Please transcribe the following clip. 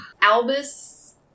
Albus